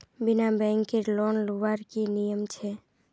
बिना बैंकेर लोन लुबार की नियम छे?